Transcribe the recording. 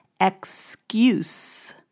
Excuse